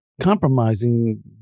compromising